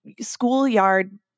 schoolyard